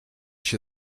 się